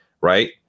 right